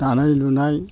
दानाय लुनाय